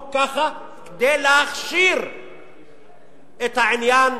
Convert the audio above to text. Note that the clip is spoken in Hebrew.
כדי להכשיר את העניין